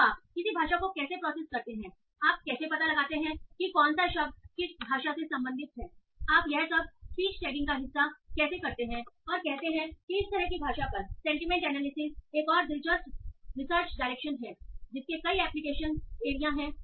तो आप किसी भाषा को कैसे प्रोसेस करते हैं आप कैसे पता लगाते हैं कि कौन सा शब्द किस भाषा से संबंधित है आप यह सब स्पीच टैगिंग का हिस्सा कैसे करते हैं और कहते हैं कि इस तरह की भाषा पर सेंटीमेंट एनालिसिस एक और दिलचस्प रिसर्च डायरेक्शन है जिसके कई अन्य एप्लीकेशन एरिया हैं